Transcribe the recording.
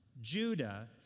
Judah